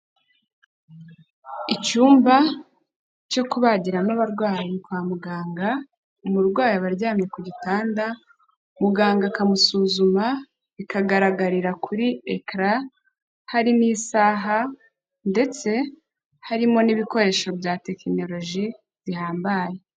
Icyumba cyo kubagira abarwayi kwa muganga, umurwayi aba aryamye ku gitanda, muganga akamusuzuma, bikagaragarira kuri ekara, hari n'isaha ndetse harimo n'ibikoresho bya Tekinoloji zihambaye.